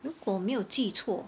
如果没有记错